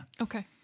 Okay